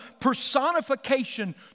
personification